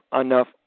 enough